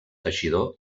teixidor